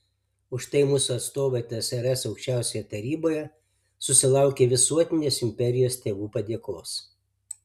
už tai mūsų atstovai tsrs aukščiausiojoje taryboje susilaukė visuotinės imperijos tėvų padėkos